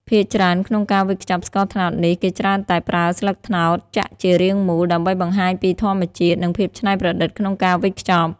ភាគច្រើន ក្នុងការវេចខ្ចប់ស្ករត្នោតនេះ គេច្រើនតែប្រើស្លឹកត្នោតចាក់ជារាងមូល ដើម្បីបង្ហាញពីធម្មជាតិ និងភាពច្នៃប្រឌិតក្នុងការវេចខ្ចប់។